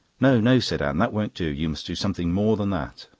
no, no, said anne. that won't do. you must do something more than that.